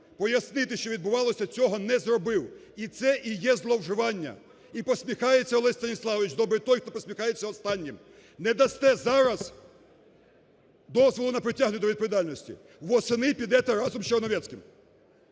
пояснити, що відбувалося, цього не зробив. І це і є зловживання. І посміхається, Олесь Станіславович, добре той, хто посміхається останнім. Не дасте зараз дозволу на притягнення до відповідальності, восени підете разом з Черновецьким.